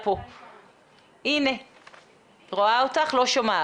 אם זה פעילות מול בני נוער,